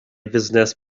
fusnes